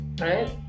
right